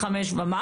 הקשישים